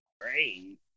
great